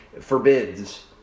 forbids